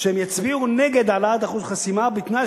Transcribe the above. שהם יצביעו נגד העלאת אחוז החסימה בתנאי